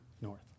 north